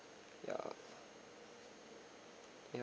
ya ya